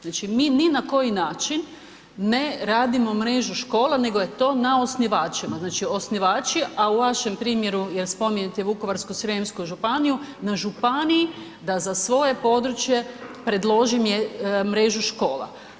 Znači mi ni na koji način ne radimo mrežu škola nego je to na osnivačima, znači osnivači u vašem primjeru jer spominjete Vukovarsko-srijemsku županiju, na županiji je da za svoje područje predloži mrežu škola.